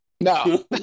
No